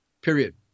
period